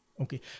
Okay